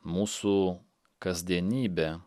mūsų kasdienybė